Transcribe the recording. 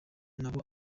nabo